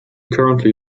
currently